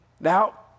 Now